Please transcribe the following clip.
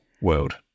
world